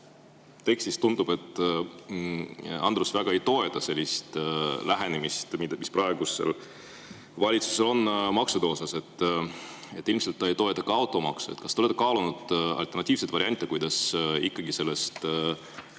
tundub, et Andrus väga ei toeta sellist lähenemist, mis praegusel valitsusel on maksude osas. Ilmselt ta ei toeta ka automaksu. Kas te olete kaalunud alternatiivseid variante, kuidas ikkagi sellest